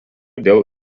dėl